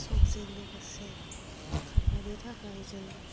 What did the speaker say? समजों लोगोसे खारफानो थाखाय जों